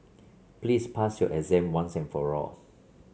please pass your exam once and for all